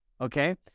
okay